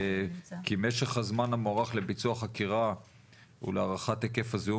משך הזמן המוערך לביצוע חקירה ולהערכת היקף הזיהום